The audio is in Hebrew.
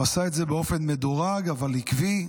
הוא עשה את זה באופן מדורג אבל עקבי,